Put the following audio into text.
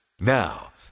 Now